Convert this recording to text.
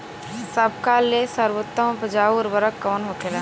सबका ले सर्वोत्तम उपजाऊ उर्वरक कवन होखेला?